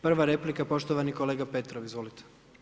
Prva replika poštovani kolega Petrov, izvolite.